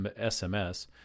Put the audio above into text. SMS